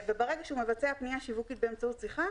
וברגע שהוא מבצע פנייה שיווקית באמצעות שיחה,